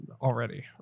already